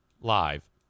live